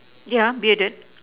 yeah bearded